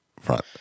front